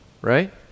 right